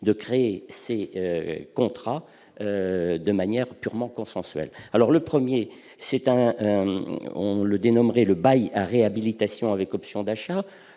de créer ces contrats de manière purement consensuelle. Le premier de ces outils, dénommé « bail à réhabilitation avec option d'achat